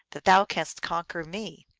that thou canst conquer me.